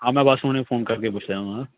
ਹਾਂ ਮੈਂ ਬਸ ਹੁਣੇ ਫੋਨ ਕਰਕੇ ਪੁੱਛ ਰਿਹਾ ਉਨ੍ਹਾਂ ਨੂੰ ਹੈਂ